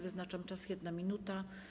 Wyznaczam czas - 1 minuta.